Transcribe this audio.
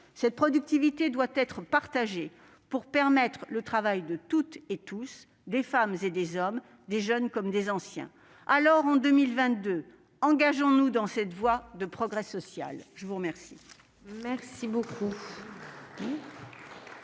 Cette productivité doit être partagée pour permettre le travail de toutes et tous, des femmes et des hommes, des jeunes comme des anciens. Alors, en 2022, engageons-nous dans cette voie de progrès social ! La parole